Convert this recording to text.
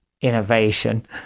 innovation